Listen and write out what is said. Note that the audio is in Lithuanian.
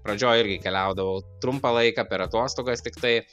pradžioj irgi keliaudavau trumpą laiką per atostogas tiktai